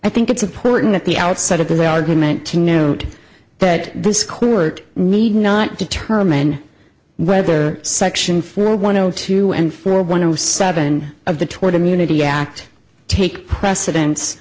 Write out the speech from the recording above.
i think it's important at the outset of the argument to note that this court need not determine whether section four one zero two and four one of seven of the toward immunity act take precedence